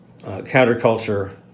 counterculture